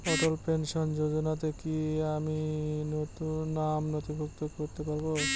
অটল pension যোজনাতে কি আমি নাম নথিভুক্ত করতে পারবো?